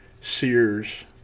Sears